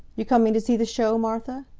you coming to see the show, martha?